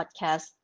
podcast